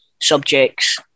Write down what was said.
subjects